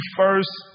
first